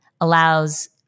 allows